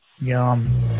yum